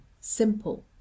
simple